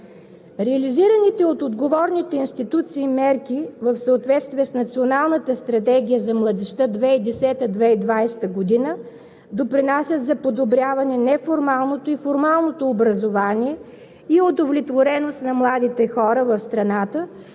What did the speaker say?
Реализираните от отговорните институции мерки в съответствие с Националната стратегия за младежта 2010 – 2020 г. допринасят за подобряване неформалното и формалното образование и удовлетвореност на младите хора в страната